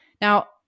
Now